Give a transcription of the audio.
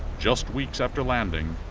just weeks after landing,